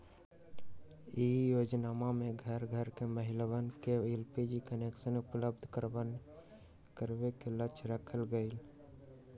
ई योजनमा में घर घर के महिलवन के एलपीजी कनेक्शन उपलब्ध करावे के लक्ष्य रखल गैले